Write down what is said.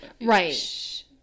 right